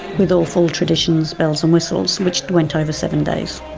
with all full traditions, bells and whistles, which went over seven days.